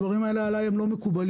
הדברים הללו עלי לא מקובלים.